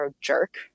jerk